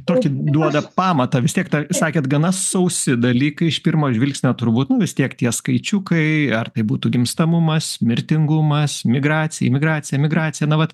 tokį duoda pamatą vis tiek tą sakėt gana sausi dalykai iš pirmo žvilgsnio turbūt vis tiek tie skaičiukai ar tai būtų gimstamumas mirtingumas migracija imigracija emigracija na vat